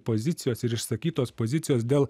pozicijos ir išsakytos pozicijos dėl